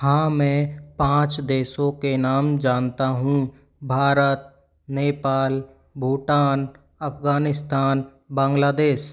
हाँ मैं पाँच देशों के नाम जानता हूँ भारत नेपाल भूटान अफगानिस्तान बांग्लादेश